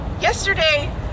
Yesterday